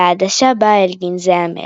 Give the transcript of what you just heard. והעדשה באה אל גנזי המלך.